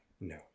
No